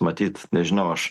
matyt nežinau aš